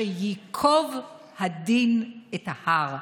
שייקוב הדין את ההר.